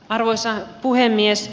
arvoisa puhemies